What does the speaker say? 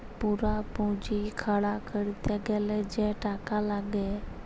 পুরা পুঁজি খাড়া ক্যরতে গ্যালে যে টাকা লাগ্যে